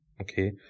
okay